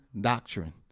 doctrine